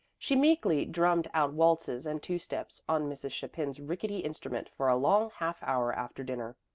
she meekly drummed out waltzes and two-steps on mrs. chapin's rickety instrument for a long half hour after dinner,